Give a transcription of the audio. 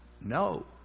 No